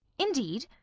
indeed!